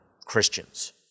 Christians